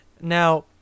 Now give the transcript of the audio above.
Now